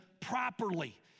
properly